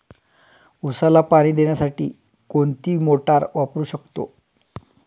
उसाला पाणी देण्यासाठी कोणती मोटार वापरू शकतो?